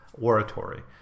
oratory